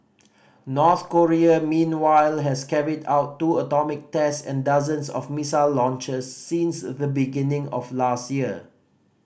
North Korea meanwhile has carried out two atomic test and dozens of missile launches since the beginning of last year